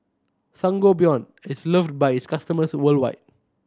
sangobion is loved by its customers worldwide